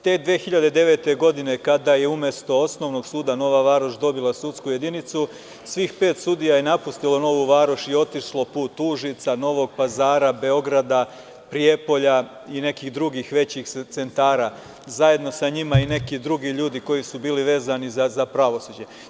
Te 2009. godine kada je umesto osnovnog suda Nova Varoš dobila sudsku jedinicu, svih pet sudija je napustilo Novu Varoš i otišlo put Užica, Novog Pazara, Beograda, Prijepolja i nekih drugih većih centara, zajedno sa njima i neki drugi ljudi koji su bili vezani za pravosuđe.